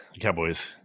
Cowboys